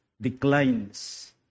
declines